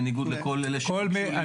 בניגוד לכל אלה שטענו שהם צריכים ללכת.